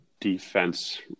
defense